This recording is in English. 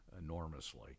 enormously